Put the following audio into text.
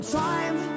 time